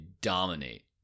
dominate